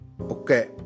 okay